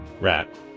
Rat